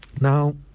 Now